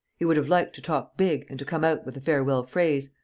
he would have liked to talk big and to come out with a farewell phrase,